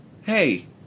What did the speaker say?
hey